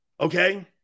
Okay